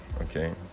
okay